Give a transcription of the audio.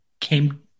came